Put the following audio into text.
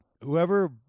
Whoever